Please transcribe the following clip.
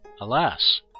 Alas